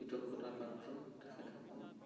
কৃতজ্ঞতাৰ পাত্ৰ তেখেতসকল